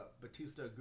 Batista